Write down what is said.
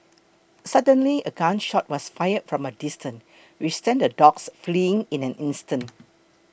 suddenly a gun shot was fired from a distance which sent the dogs fleeing in an instant